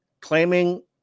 claiming